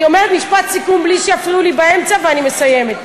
אני אומרת משפט סיכום בלי שיפריעו לי באמצע ואני מסיימת.